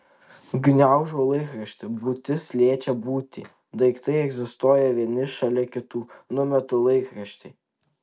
gniaužau laikraštį būtis liečia būtį daiktai egzistuoja vieni šalia kitų numetu laikraštį